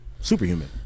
Superhuman